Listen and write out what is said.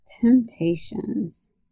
Temptations